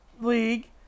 league